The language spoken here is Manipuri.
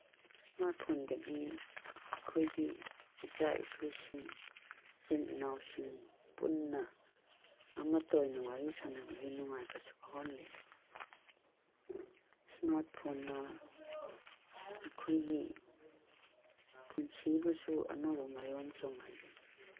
ꯏꯁꯃꯥꯔꯠ ꯐꯣꯟꯗꯒꯤ ꯑꯩꯈꯣꯏꯒꯤ ꯏꯆꯥ ꯏꯁꯨꯁꯤꯡ ꯏꯆꯤꯜ ꯏꯅꯥꯎꯁꯤꯡ ꯄꯨꯟꯅ ꯑꯃꯇ ꯑꯣꯏꯅ ꯋꯥꯔꯤ ꯁꯥꯟꯅꯕꯒꯤ ꯅꯨꯡꯉꯥꯏꯕꯁꯨ ꯐꯥꯎꯍꯜꯂꯤ ꯏꯁꯃꯥꯔꯠ ꯐꯣꯟꯅ ꯑꯩꯈꯣꯏꯒꯤ ꯄꯨꯟꯁꯤꯕꯨꯁꯨ ꯑꯅꯧꯕ ꯃꯌꯣꯟ ꯆꯣꯡꯍꯜꯂꯤ